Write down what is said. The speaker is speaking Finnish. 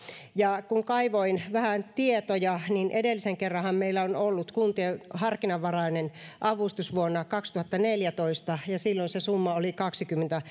kun kaivoin vähän tietoja kävi ilmi että edellisen kerranhan meillä on ollut kuntien harkinnanvarainen avustus vuonna kaksituhattaneljätoista ja silloin summa oli kaksikymmentä